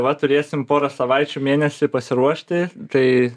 va turėsim porą savaičių mėnesį pasiruošti tai